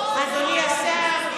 אדוני השר,